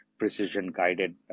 precision-guided